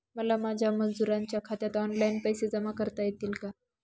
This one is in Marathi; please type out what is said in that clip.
मला माझ्या मजुरांच्या खात्यात ऑनलाइन पैसे जमा करता येतील का?